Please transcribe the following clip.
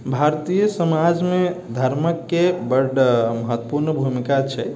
भारतीय समाजमे धर्मके बड महत्वपूर्ण भूमिका छै